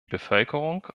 bevölkerung